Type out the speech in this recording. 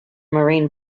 marine